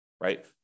right